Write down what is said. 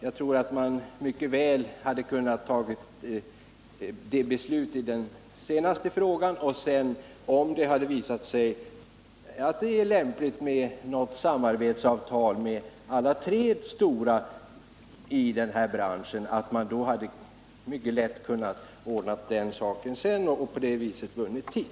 Jag tror att man mycket väl hade kunnat fatta beslut i den senaste frågan, och om det hade visat sig lämpligt med något samarbetsavtal med alla tre stora i den här branschen hade man mycket lätt kunnat ordna det sedan — och på det viset vunnit tid.